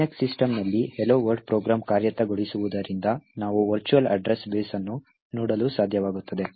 Linux ಸಿಸ್ಟಂನಲ್ಲಿ hello world program ಕಾರ್ಯಗತಗೊಳಿಸುವುದರಿಂದ ನಾವು ವರ್ಚುವಲ್ ಅಡ್ರೆಸ್ ಬೇಸ್ ಅನ್ನು ನೋಡಲು ಸಾಧ್ಯವಾಗುತ್ತದೆ